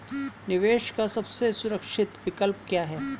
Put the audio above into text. निवेश का सबसे सुरक्षित विकल्प क्या है?